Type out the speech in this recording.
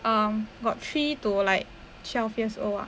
um got three to like twelve years old